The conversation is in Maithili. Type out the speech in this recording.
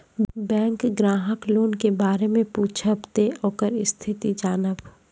बैंक ग्राहक लोन के बारे मैं पुछेब ते ओकर स्थिति जॉनब?